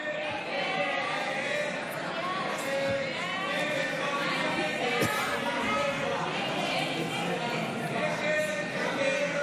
ההסתייגות של קבוצת סיעת העבודה לסעיף 04 בדבר הפחתת תקציב לא